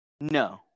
No